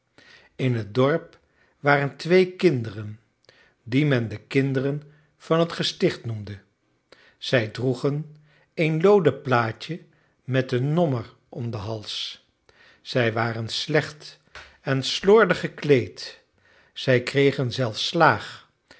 in het dorp waren twee kinderen die men de kinderen van het gesticht noemde zij droegen een looden plaatje met een nommer om den hals zij waren slecht en slordig gekleed ze kregen zelfs slaag